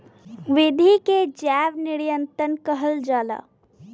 विधि के जैव नियंत्रण कहल जाला